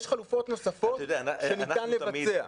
יש חלופות נוספות שניתן לבצע.